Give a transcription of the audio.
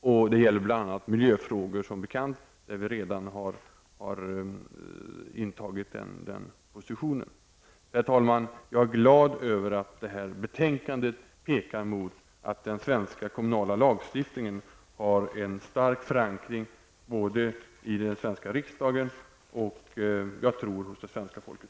Det gäller bl.a. miljöfrågor som bekant, där vi redan har intagit den positionen. Herr talman! Jag är glad över att det här betänkandet pekar mot att den svenska kommunallagstiftningen har en stark förankring både i riksdagen och, tror jag, hos det svenska folket.